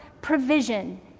provision